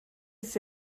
ist